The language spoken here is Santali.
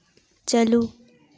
ᱪᱟᱹᱞᱩ